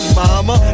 mama